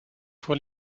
pour